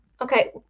Okay